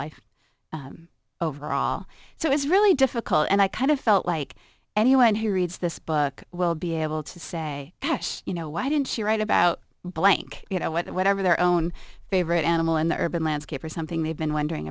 life overall so it's really difficult and i kind of felt like anyone who reads this book will be able to say you know why didn't she write about blank you know whatever their own favorite animal in the urban landscape or something they've been wondering